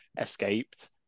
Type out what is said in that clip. escaped